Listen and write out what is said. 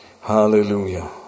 hallelujah